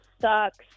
sucks